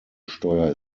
steuer